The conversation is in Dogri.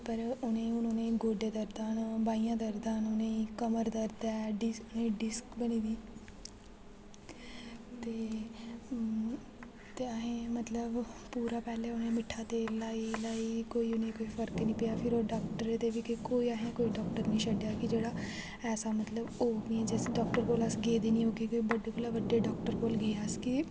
पर उ'नें हून उ'नें ई गोड्डें दर्दां न बाहियें दर्दां न उ'नें ई कमर दर्द ऐ डिस्क डिस्क बनी दी ते ते अहें मतलब पूरा पैह्लें उ'नें मिट्ठा तेल लाई लाई कोई उ'नें गी कोई फर्क निं पेआ फिर ओह् डॉक्टर ते बी कोई अहें कोई डॉक्टर निं छड्डेआ कि जेह्ड़ा ऐसा मतलब ओह् बी जिस डॉक्टर कोल अस गेदे नी होगे बड्डे कोला बड्डे डॉक्टर कोल गे अस गे